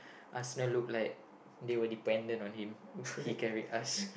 Arsenal look like they were dependent on him he carried us